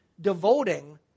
devoting